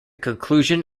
conclusion